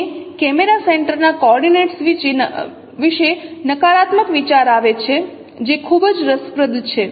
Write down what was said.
અમને કેમેરા સેન્ટરના કોઓર્ડિનેટ્સ વિશે નકારાત્મક વિચાર આવે છે જે ખૂબ જ રસપ્રદ છે